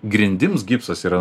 grindims gipsas yra